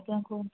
ଆଜ୍ଞା କୁହନ୍ତୁ